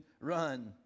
run